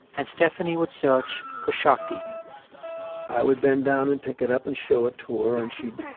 and stephanie would search for shark teeth i would bend down and pick it up and show it to her. and she'd,